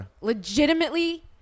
Legitimately